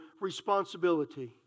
responsibility